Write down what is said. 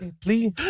Please